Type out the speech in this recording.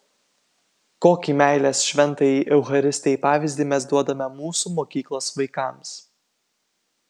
kokį meilės šventajai eucharistijai pavyzdį mes duodame mūsų mokyklos vaikams